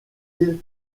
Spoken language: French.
île